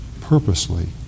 Purposely